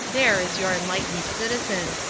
there is your enlightened citizen.